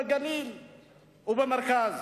בגליל ובמרכז.